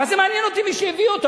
מה זה מעניין אותי מי הביא אותו?